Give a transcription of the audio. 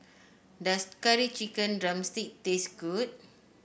does Curry Chicken drumstick taste good